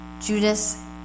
Judas